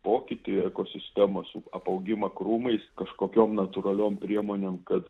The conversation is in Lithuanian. pokytį ekosistemos apaugimą krūmais kažkokiom natūraliom priemonėm kad